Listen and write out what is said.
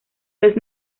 los